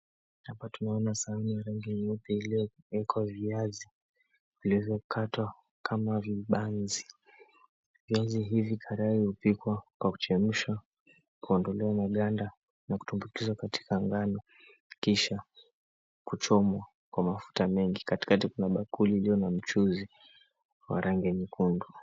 Hapa tunaona sahani ya rangi nyeupe iliyowekwa viazi vilivyokatwa kama vibanzi. Viazi hivi karai hupikwa kwa kuchemshwa, kuondolewa maganda na kutumbukizwa katika ngano, kisha kuchomwa kwa mafuta mengi. Katikati kuna bakuli iliyo na mchuzi wa rangi ya nyekundu.